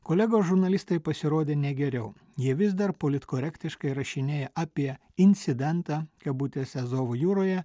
kolegos žurnalistai pasirodė ne geriau jie vis dar politkorektiškai rašinėja apie incidentą kabutėse azovo jūroje